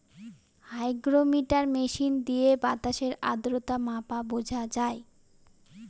hygrometer machine দিয়ে বাতাসের আদ্রতার মাত্রা বোঝা হয়